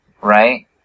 Right